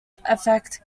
affect